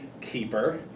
keeper